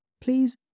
please